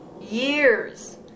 years